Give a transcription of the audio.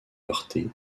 heurté